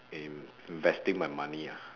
in investing my money ah